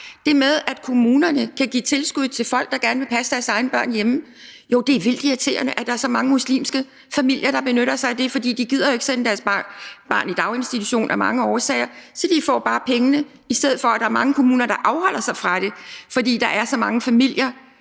nemlig at kommunerne kan give tilskud til folk, der gerne vil passe deres egne børn hjemme. Jo, det er vildt irriterende, at der er så mange muslimske familier, der benytter sig af det, fordi de ikke gider sende deres børn i daginstitution af mange årsager, så de får bare pengene, i stedet for at kommunerne afholder sig fra det, fordi der er så mange muslimske